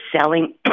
selling